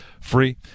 free